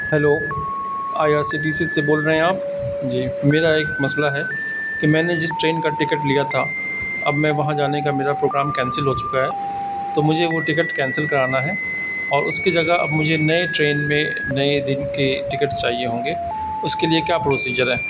hello I R C T C سے بول رہے ہیں آپ جی میرا ایک مسئلہ ہے کہ میں نے جس ٹرین کا ٹکٹ لیا تھا اب میں وہاں جانے کا میرا پروگرام کینسل ہو چکا ہے تو مجھے وہ ٹکٹ کینسل کرانا ہے اور اس کی جگہ اب مجھے نئے ٹرین میں نئے دن کے ٹکٹ چاہیے ہوں گے اس کے لیے کیا پروسیجر ہے